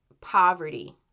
poverty